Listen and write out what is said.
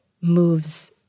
moves